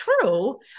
true